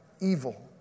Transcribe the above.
evil